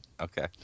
Okay